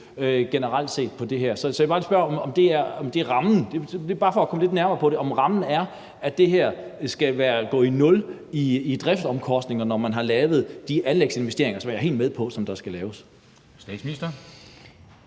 generelt set på det her område. Så jeg vil bare lige spørge, om det er rammen. Det er bare for at komme det lidt nærmere: Er rammen her, at det skal gå i nul i driftsomkostninger, når man har lavet de anlægsinvesteringer, som jeg er helt med på der skal laves? Kl.